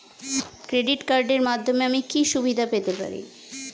Credit কার্ডের মাধ্যমে আমি কি কি সুবিধা পেতে পারি?